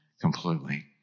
completely